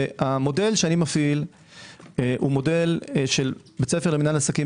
והמודל שאני מפעיל הוא מודל של בית ספר למינהל עסקים